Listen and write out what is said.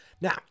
Now